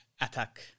attack